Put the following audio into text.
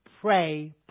pray